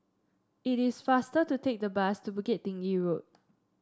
it is faster to take the bus to Bukit Tinggi Road